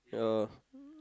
yeah